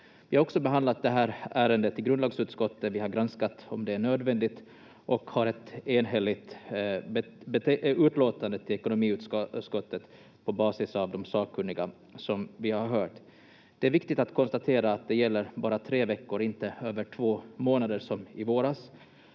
Vi har också behandlat det här ärendet i grundlagsutskottet, vi har granskat om det är nödvändigt och har ett enhälligt utlåtande till ekonomiutskottet på basis av de sakkunniga som vi har hört. Det är viktigt att konstatera att det gäller bara tre veckor, inte över två månader som i våras.